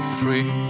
free